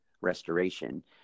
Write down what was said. Restoration